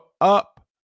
up